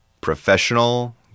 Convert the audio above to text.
professional